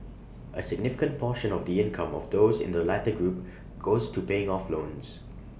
A significant portion of the income of those in the latter group goes to paying off loans